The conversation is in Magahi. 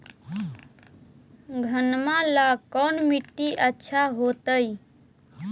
घनमा ला कौन मिट्टियां अच्छा होतई?